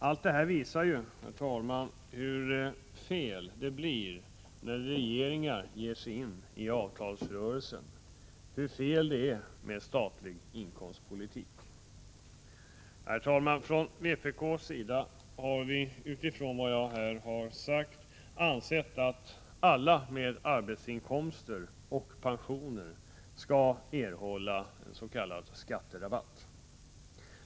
Allt detta visar hur fel det blir, när regeringar ger sig in i avtalsrörelsen, och hur fel det är med statlig inkomstpolitik. Herr talman! Vi från vpk har, utifrån vad jag här har sagt, ansett att alla med arbetsinkomster samt pensionärer skall erhålla s.k. skatterabatt.